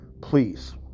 please